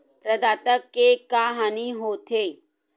प्रदाता के का हानि हो थे?